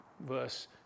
Verse